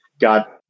got